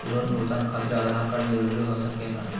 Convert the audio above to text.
Loan भुगतान खातिर Aadhaar card जरूरी हो सके ला?